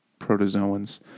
protozoans